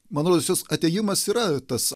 man rodos jos atėjimas yra tas